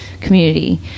community